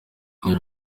iyi